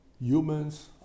humans